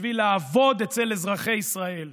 בשביל לעבוד אצל אזרחי ישראל".